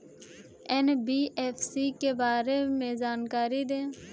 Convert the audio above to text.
NBFC के बारे में जानकारी दें?